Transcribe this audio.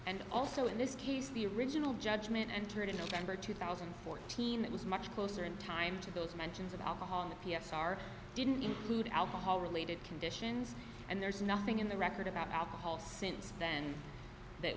and also in this case the original judgment entered into time for two thousand and fourteen that was much closer in time to those mentions of alcohol in the p s r didn't include alcohol related conditions and there's nothing in the record about alcohol since then that